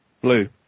Blue